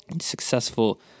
successful